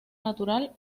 natural